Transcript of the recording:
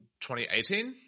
2018